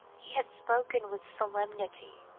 he had spoken with solemnity,